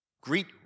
Greet